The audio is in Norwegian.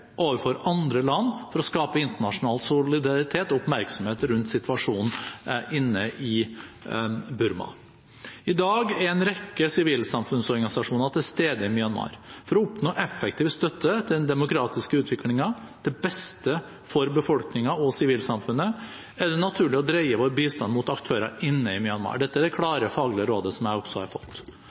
overfor andre land for å skape internasjonal solidaritet og oppmerksomhet rundt situasjonen inne i Burma. I dag er en rekke sivilsamfunnsorganisasjoner til stede i Myanmar. For å oppnå effektiv støtte til den demokratiske utviklingen, til beste for befolkningen og sivilsamfunnet, er det naturlig å dreie vår bistand mot aktører inne i Myanmar. Dette er det klare faglige rådet som jeg også har fått.